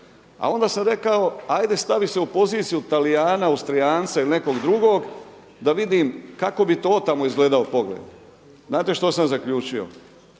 A onda sam rekao, ajde stavi se u poziciju Talijana, Austrijanca ili nekog drugog da vidim kako bi to otamo izgledao pogled. Znate što sam zaključio?